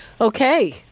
Okay